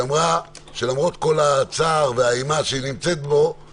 היא אמרה שלמרות כל הצער והאימה שהיא נמצאת בהם היא